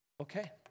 Okay